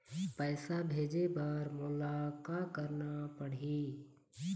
पैसा भेजे बर मोला का करना पड़ही?